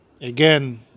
again